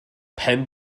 pen